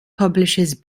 publishes